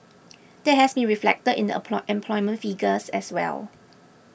that has been reflected in the employment figures as well